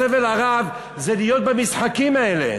הסבל הרב זה להיות במשחקים האלה,